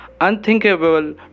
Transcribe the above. unthinkable